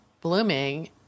blooming